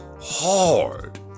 hard